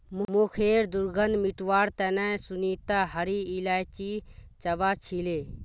मुँहखैर दुर्गंध मिटवार तने सुनीता हरी इलायची चबा छीले